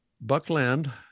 Buckland